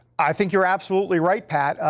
i think you are absolutely right, pat.